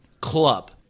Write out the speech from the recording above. Club